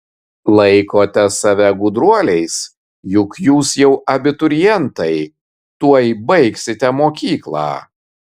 laikote save gudruoliais juk jūs jau abiturientai tuoj baigsite mokyklą